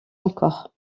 encore